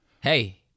Hey